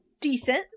decent